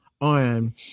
on